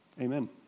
Amen